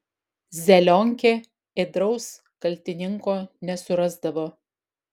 zelionkė ėdraus kaltininko nesurasdavo